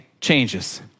changes